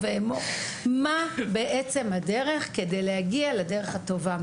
ומה בעצם הדרך שצריך לעשות על מנת להגיע לדרך הטובה?